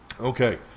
Okay